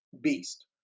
beast